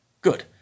good